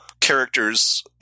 characters